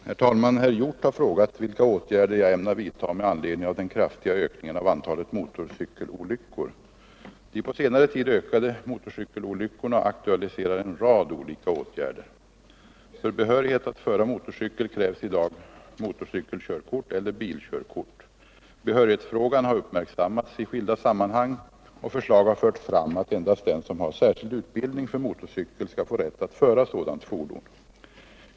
Herr talman! Herr Hjorth har frågat vilka åtgärder jag ämnar vidta med anledning av den kraftiga ökningen av antalet motorcykelolyckor. De på senare tid ökade motorcykelolyckorna aktualiserar en rad olika åtgärder. För behörighet att föra motorcykel krävs i dag motorcykelkörkort eller bilkörkort. Behörighetsfrågan har uppmärksammats i skilda sammanhang och förslag har förts fram att endast den som har särskild utbildning för motorcykel skall få rätt att föra sådant fordon.